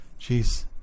Jeez